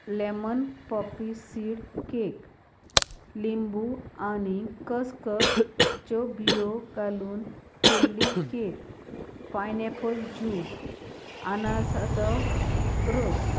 lemon poppy seed cake लिंबू आनी खसखसच्यो बिंयो घालून केल्ली केक पायनएपल ज्यूस अणसाचो रोस